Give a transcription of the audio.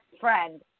friend